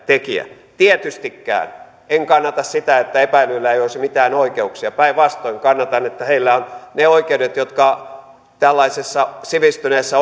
tekijä tietystikään en kannata sitä että epäillyillä ei olisi mitään oikeuksia päinvastoin kannatan että heillä on ne oikeudet jotka tällaisessa sivistyneessä